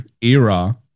era